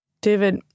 David